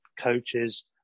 coaches